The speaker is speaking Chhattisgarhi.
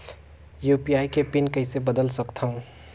यू.पी.आई के पिन कइसे बदल सकथव?